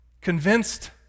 Convinced